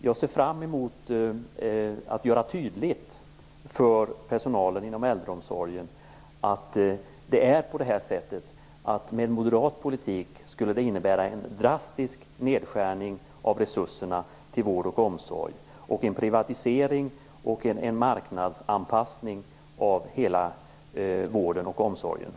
Jag ser fram emot att göra det tydligt för personalen inom äldreomsorgen att det med moderat politik skulle bli en drastisk nedskärning av resurserna i vård och omsorg. Det skulle också bli en privatisering och marknadsanpassning av hela vården och omsorgen.